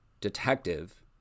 detective